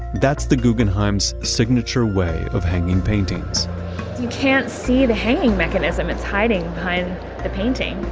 that's the guggenheim's signature way of hanging paintings you can't see the hanging mechanism. it's hiding behind the painting.